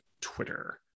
Twitter